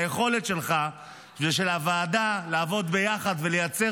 היכולת שלך ושל הוועדה לעבוד ביחד ולייצר